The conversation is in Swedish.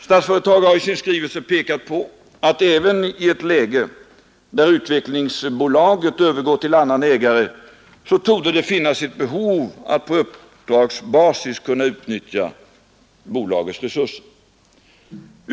Statsföretag har i sin skrivelse pekat på att det även i ett läge där Utvecklingsbolaget övergår till annan ägare torde finnas behov att på uppdragsbasis kunna utnyttja Utvecklingsbolagets resurser.